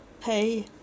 pay